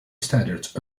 standards